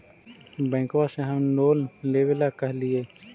बैंकवा से हम लोन लेवेल कहलिऐ?